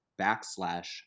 backslash